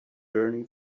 journey